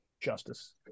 Justice